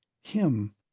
him